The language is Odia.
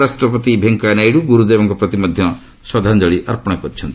ଉପରାଷ୍ଟ୍ରପତି ଭେଙ୍କିୟା ନାଇଡୁ ଗୁରୁଦେବଙ୍କ ପ୍ରତି ମଧ୍ୟ ଶ୍ରଦ୍ଧଞ୍ଜଳି ଅର୍ପଣ କରିଚ୍ଛନ୍ତି